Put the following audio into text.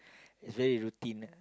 it's very routine